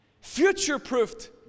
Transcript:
Future-proofed